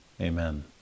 amen